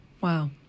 Wow